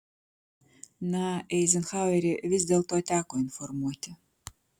na eizenhauerį vis dėlto teko informuoti